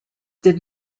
did